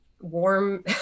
warm